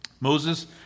Moses